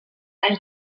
anys